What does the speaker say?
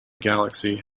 galaxy